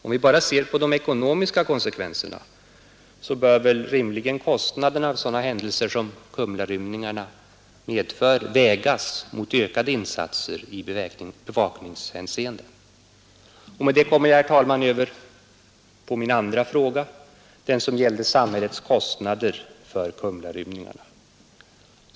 Om vi bara ser på de ekonomiska konsekvenserna, bör rimligen kostnaderna för sådana händelser som Kumlarymningarna medför vägas mot ökade insatser i bevakningshänseende. Med det kommer jag, herr talman, över på min andra fråga, som gällde samhällets kostnader för Kumlarymningarna.